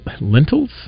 lentils